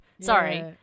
Sorry